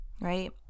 Right